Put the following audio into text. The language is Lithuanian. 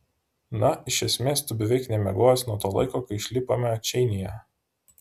na iš esmės tu beveik nemiegojęs nuo to laiko kai išlipome čeinyje